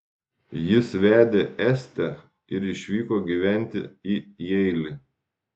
jis vedė estę ir išvyko gyventi į jeilį